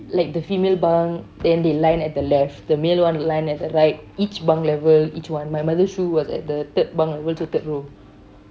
like the female bunk then they lined at the left the male one lined at the right each bunk level each one my mother shoe was at the third bunk so third row